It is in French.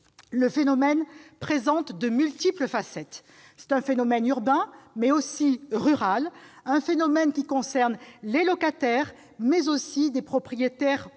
Le phénomène présente de multiples facettes : phénomène urbain mais aussi rural, qui concerne les locataires mais aussi des propriétaires occupants.